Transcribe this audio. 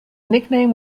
nickname